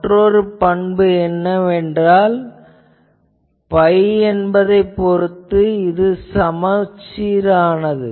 மற்றொரு பண்பு என்னவென்றால் F என்பது பை என்பதைப் பொறுத்து சமச்சீரானது